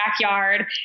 backyard